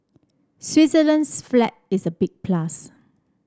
Switzerland's flag is a big plus